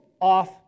off